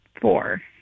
Four